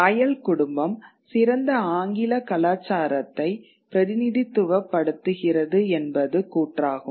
Royal குடும்பம் சிறந்த ஆங்கில கலாச்சாரத்தை பிரதிநிதித்துவப்படுத்துகிறது என்பது கூற்றாகும்